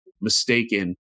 mistaken